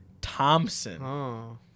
Thompson